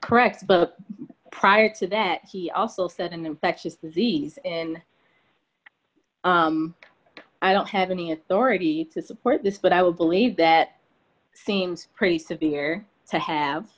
correct but prior to that he also said an infectious disease in i don't have any authority to support this but i would believe that seems pretty severe to have